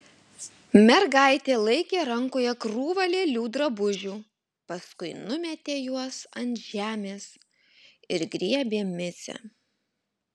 mergaitė laikė rankoje krūvą lėlių drabužių paskui numetė juos ant žemės ir griebė micę